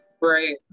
right